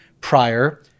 prior